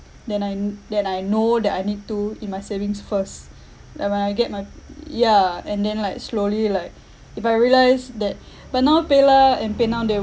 then I that I know that I need to in my savings first then when I get my yeah and then like slowly like if I realised that but now PayLah and PayNow they